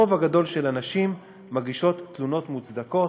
הרוב הגדול של נשים מגישות תלונות מוצדקות,